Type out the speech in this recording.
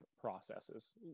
processes